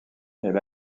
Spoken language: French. elle